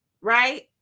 right